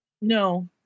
No